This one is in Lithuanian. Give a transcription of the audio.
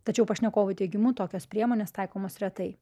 tačiau pašnekovo teigimu tokios priemonės taikomos retai